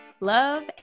love